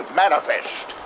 manifest